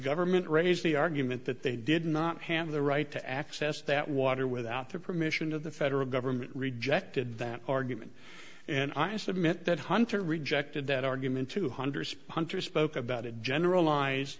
government raised the argument that they did not have the right to access that water without the permission of the federal government rejected that argument and i submit that hunter rejected that argument two hundred sponsor spoke about it generalized